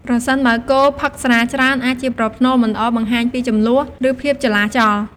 ប្រសិនបើគោផឹក ស្រា ច្រើន អាចជាប្រផ្នូលមិនល្អ បង្ហាញពីជម្លោះ ឬភាពចលាចល។